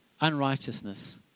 unrighteousness